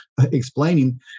explaining